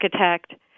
architect